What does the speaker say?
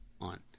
on